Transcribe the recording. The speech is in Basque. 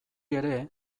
ere